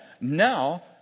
Now